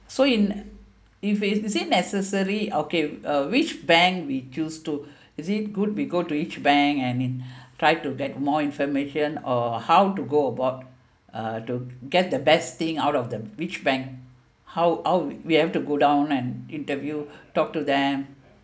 so in if it's you say necessary okay uh which bank we choose to is it good we go to each bank and try to get more information or how to go about uh to get the best thing out of the which bank how how we have to go down and interview talk to them